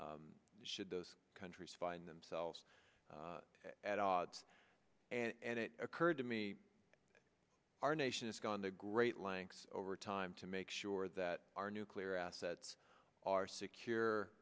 should those countries find themselves at odds and it occurred to me our nation has gone to great lengths over time to make sure that our nuclear assets are secure